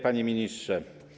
Panie Ministrze!